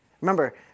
Remember